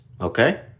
okay